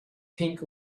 pink